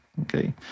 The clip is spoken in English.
okay